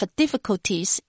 difficulties